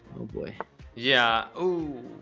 oh boy yeah oh